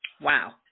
wow